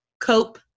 Cope